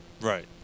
Right